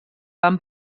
van